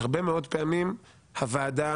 שהרבה מאוד פעמים הוועדה,